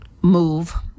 move